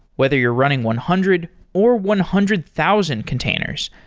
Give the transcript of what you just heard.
whether you're running one hundred or one hundred thousand containers,